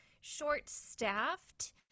short-staffed